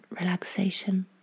relaxation